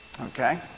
Okay